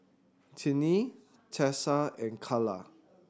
Tinie Tessa and Calla